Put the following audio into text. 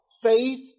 Faith